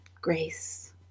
grace